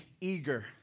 eager